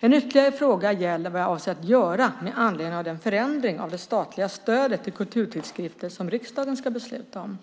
En ytterligare fråga gäller vad jag avser att göra med anledning av den förändring av det statliga stödet till kulturtidskrifter som riksdagen ska besluta om.